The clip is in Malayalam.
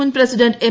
മുൻ പ്രസിഡന്റ് എം